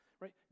right